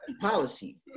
policy